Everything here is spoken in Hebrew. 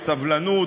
בסבלנות,